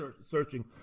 searching